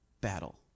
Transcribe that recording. battle